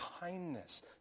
kindness